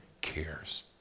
cares